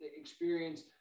experience